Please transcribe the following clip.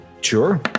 sure